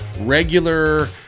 regular